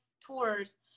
tours